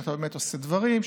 שאתה באמת עושה דברים,